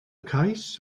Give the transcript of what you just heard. cais